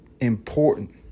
important